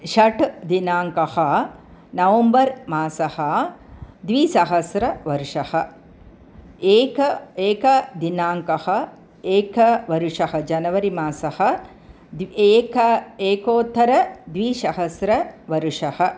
षट्दिनाङ्कः नवम्बर् मासः द्विसहस्रवर्षः एकदिनाङ्कः एकवर्षः जनवरि मासः दि एक एकोत्तरद्विसहस्रवर्षः